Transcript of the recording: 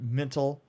mental